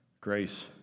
grace